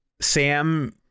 Sam